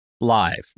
live